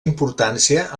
importància